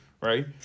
right